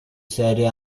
serie